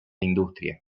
industria